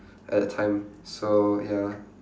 at that time so ya